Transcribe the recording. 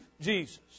Jesus